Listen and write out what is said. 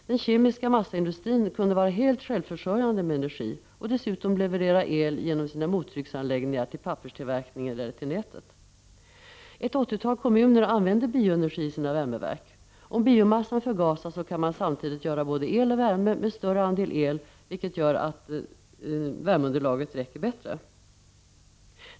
Den kemiska massaindustrin kunde vara helt självförsörjande med energi och dess utom leverera el genom sina mottrycksanläggningar till papperstillverkning eller till nätet. Ett åttiotal kommuner använder bioenergi i sina värmeverk. Om biomassan förgasas kan man samtidigt göra både el och värme med större andel el, vilket gör att värmeunderlaget räcker bättre.